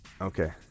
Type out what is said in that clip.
Okay